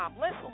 Listen